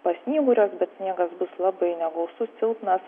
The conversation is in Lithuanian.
pasnyguriuos bet sniegas bus labai negausus silpnas